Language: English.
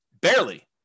Barely